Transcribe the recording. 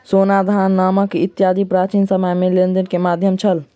सोना, धान, नमक इत्यादि प्राचीन समय में लेन देन के माध्यम छल